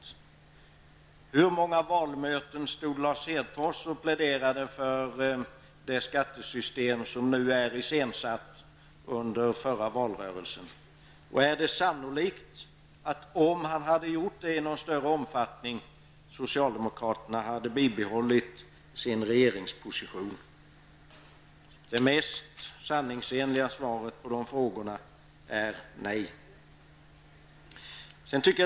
På hur många valmöten under förra valrörelsen stod Lars Hedfors och pläderade för det skattesystem som nu är iscensatt? Om han hade gjort det i någon större omfattning, är det då sannolikt att socialdemokraterna hade bibehållit sin regeringsposition? Det mest sanningsenliga svaret på dessa frågor är nej.